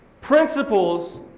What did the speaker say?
principles